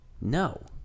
No